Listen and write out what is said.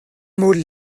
mot